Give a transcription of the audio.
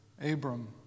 Abram